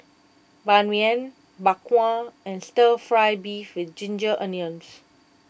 Ban Mian Bak Kwa and Stir Fry Beef with Ginger Onions